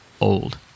old